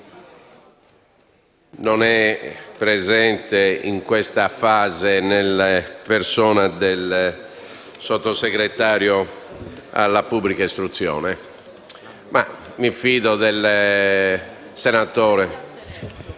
non sia presente in questa fase nella persona del Sottosegretario alla pubblica istruzione. Mi fido, però, del senatore